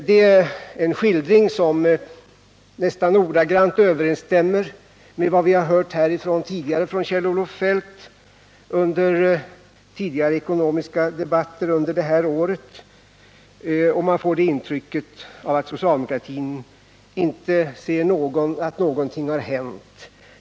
Det är en skildring som nästan ordagrant överensstämmer med vad vi har hört från Kjell-Olof Feldt under tidigare ekonomiska debatter det här året, och intrycket blir att socialdemokratin inte ser att någonting har hänt.